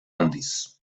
handiz